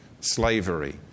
slavery